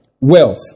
Wealth